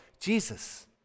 Jesus